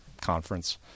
conference